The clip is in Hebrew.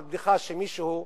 בדיחה על מישהו: